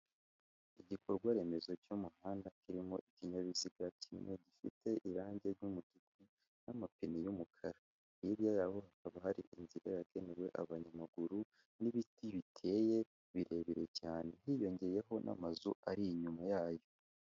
Igikorwa remezo cy'umuhanda kirimo ikinyabiziga kimwe gifite irangi ry'umutuku n'amapine y'umukara, hirya yaho haba hari inzira yagenewe abanyamaguru n'ibiti biteye birebire cyane, hiyongeyeho n'amazu ari inyuma yayo.